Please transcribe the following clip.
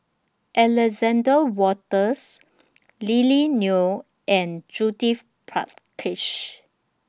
Alexander Wolters Lily Neo and Judith Prakash